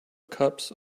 cups